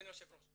אדוני היושב-ראש,